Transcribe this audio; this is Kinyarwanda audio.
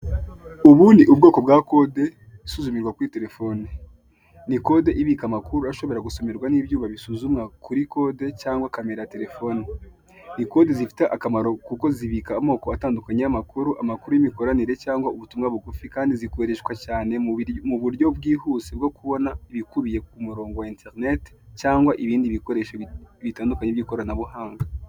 Utu ni utuzu tw'abajenti ba emutiyeni ndetse dukikijwe n'ibyapa bya eyeteri na bakiriya babagannye bari kubaha serivise zitandukanye.